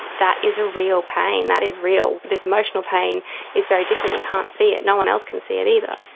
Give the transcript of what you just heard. that is a real pain, that is real, this emotional pain is very different you can't see it, no one else can see it either.